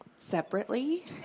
separately